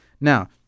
now